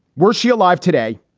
were she alive today?